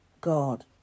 God